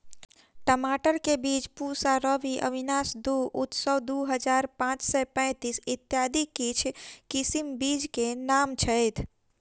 टमाटर केँ बीज पूसा रूबी, अविनाश दु, उत्सव दु हजार पांच सै पैतीस, इत्यादि किछ किसिम बीज केँ नाम छैथ?